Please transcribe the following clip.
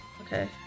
Okay